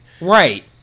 Right